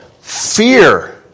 fear